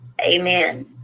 amen